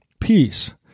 peace